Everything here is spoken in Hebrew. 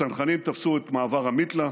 הצנחנים תפסו את מעבר המיתלה,